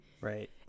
Right